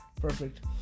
Perfect